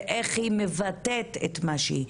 ואיך היא מבטאת את זה.